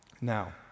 Now